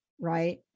right